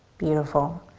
beautiful.